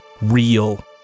real